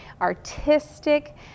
artistic